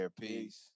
peace